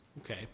Okay